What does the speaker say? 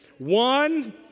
One